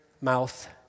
mouth